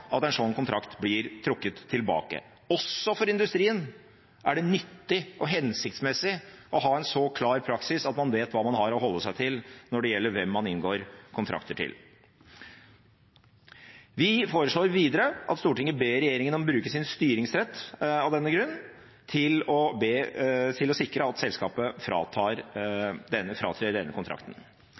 at en slik kontrakt blir trukket tilbake. Også for industrien er det nyttig og hensiktsmessig å ha en så klar praksis at man vet hva man har å holde seg til når det gjelder hvem man inngår kontrakter med. Vi foreslår videre av denne grunn at Stortinget ber regjeringen om å bruke sin styringsrett til å sikre at selskapet fratrer denne kontrakten.